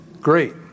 great